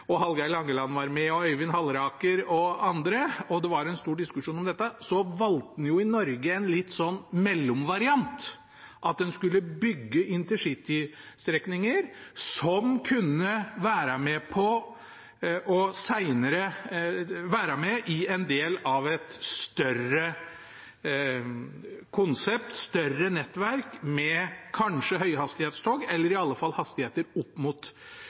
og det var en stor diskusjon om dette, var at en i Norge valgte en mellomvariant, at en skulle bygge intercitystrekninger som senere kunne være med i en del av et større konsept, et større nettverk med kanskje høyhastighetstog, eller i alle fall tog med hastigheter opp mot